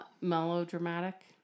melodramatic